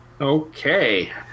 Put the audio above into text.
Okay